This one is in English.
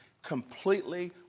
completely